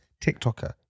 TikToker